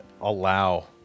allow